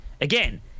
Again